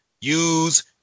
use